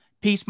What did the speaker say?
Peace